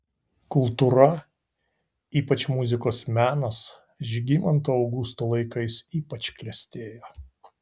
kultūra ypač muzikos menas žygimanto augusto laikais ypač klestėjo